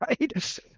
Right